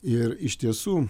ir iš tiesų